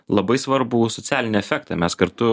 labai svarbų socialinį efektą mes kartu